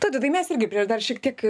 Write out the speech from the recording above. tautvydai mes irgi prieš dar šiek tiek